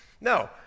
No